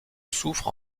souffre